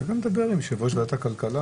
אפשר גם לדבר עם יושב ראש ועדת הכלכלה.